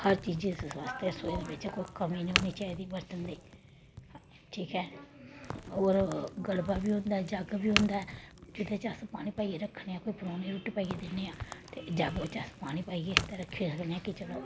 हर चीज आस्तै रसोई दे बिच्च कोई कमी नेईं होनी चाहिदी बर्तन दी ठीक ऐ होर गड़बा बी होंदा जग बी होंदा ऐ जेह्दे च अस पानी पाइयै रक्खने आं कोई परौह्ने गी रोटी पाइयै दिन्ने आं ते जग बिच्च अस पानी पाइयै रक्खी सकने आं कि चलो